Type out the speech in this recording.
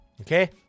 okay